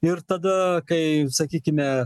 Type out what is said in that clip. ir tada kai sakykime